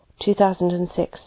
2006